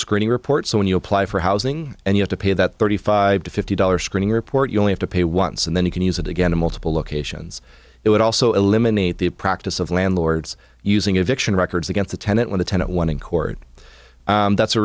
screening report so when you apply for housing and you have to pay that thirty five to fifty dollars screening report you only have to pay once and then you can use it again in multiple locations it would also eliminate the practice of landlords using eviction records against a tenant when the tenant won in court that's a